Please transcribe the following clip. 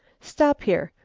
stop here,